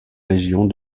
régions